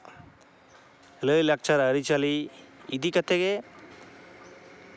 ᱞᱟᱭᱼᱞᱟᱠᱪᱟᱨ ᱟᱨᱤᱪᱟᱞᱤ ᱤᱫᱤ ᱠᱟᱛᱮ ᱜᱮ